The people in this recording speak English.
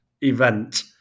event